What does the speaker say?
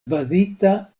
bazita